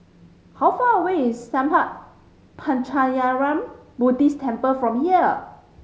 how far away is Sattha Puchaniyaram Buddhist Temple from here